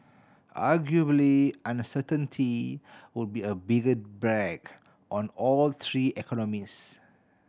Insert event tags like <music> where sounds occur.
arguably uncertainty would be a bigger <unintelligible> on all three economies